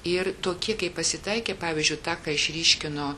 ir tokie kaip pasitaikė pavyzdžiui tą ką išryškino